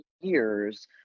years